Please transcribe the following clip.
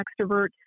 extrovert